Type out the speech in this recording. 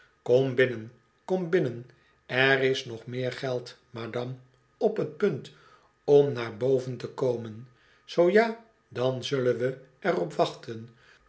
kom binnen kom binnen is er nog meer geld madame op t punt om naar boven te komen zoo ja dan zullen we er op wachten